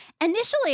Initially